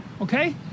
Okay